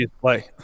play